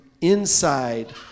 inside